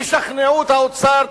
תשכנעו את האוצר,